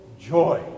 joy